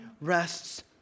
rests